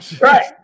right